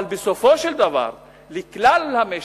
אבל בסופו של דבר לכלל המשק,